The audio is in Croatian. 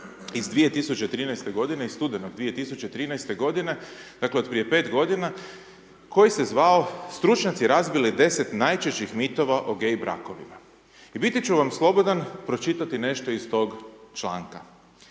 iz 2013.-te godine, iz studenoga 2013.-te godine, dakle, od prije 5 godina koji se zvao Stručnjaci razbili 10 najčešćih mitova o gay brakovima. I biti ću vam slobodan pročitati nešto iz tog članka.